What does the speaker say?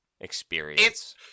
Experience